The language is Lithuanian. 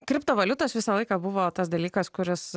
kriptovaliutos visą laiką buvo tas dalykas kuris